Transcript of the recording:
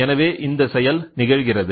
எனவே இந்த செயல் நிகழ்கிறது